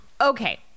Okay